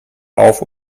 auf